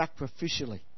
Sacrificially